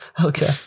Okay